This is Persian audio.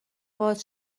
باز